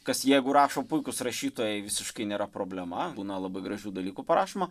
kas jeigu rašo puikūs rašytojai visiškai nėra problema būna labai gražių dalykų parašoma